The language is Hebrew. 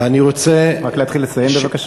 אני רוצה, רק להתחיל לסיים בבקשה.